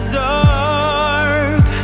dark